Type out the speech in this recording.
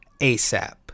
ASAP